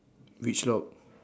which lock